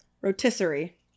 Rotisserie